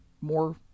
more